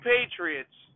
Patriots